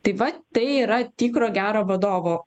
tai va tai yra tikro gero vadovo